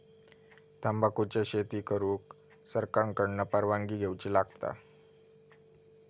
तंबाखुची शेती करुक सरकार कडना परवानगी घेवची लागता